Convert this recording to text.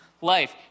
life